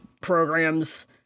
programs